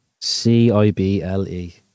c-i-b-l-e